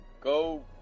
Go